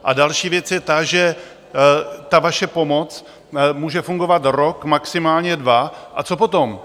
A další věc je ta, že ta vaše pomoc může fungovat rok maximálně dva a co potom?